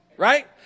right